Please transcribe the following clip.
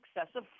excessive